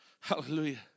Hallelujah